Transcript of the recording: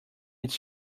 its